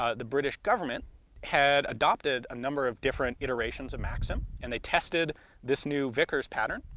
ah the british government had adopted a number of different iterations of maxim, and they tested this new vickers pattern.